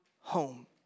home